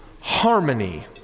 harmony